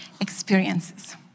experiences